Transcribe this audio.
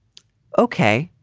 ok.